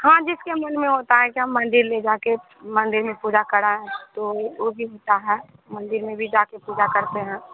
हाँ जिसके मन में होता है की हम मंदिर ले जाके मंदिर में पूजा कराएं तो ओ भी होता है मंदिर में भी जाके पूजा करते हैं